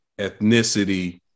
ethnicity